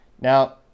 now